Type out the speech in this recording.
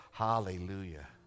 Hallelujah